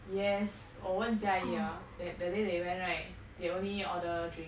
yes 我问 jia yi hor that day they went right they only order drinks